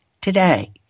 today